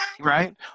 right